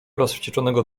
rozwścieczonego